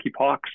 monkeypox